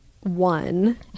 one